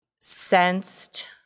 sensed